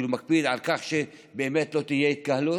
מקפיד על כך שבאמת לא תהיה התקהלות?